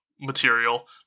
material